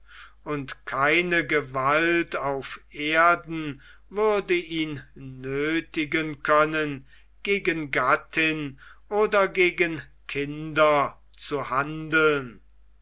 und keine gewalt auf erden würde ihn nöthigen können gegen gattin oder gegen kinder zu handeln